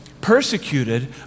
persecuted